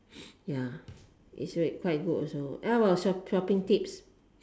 ya it's really quite good also what about shopping shopping tips